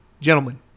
Gentlemen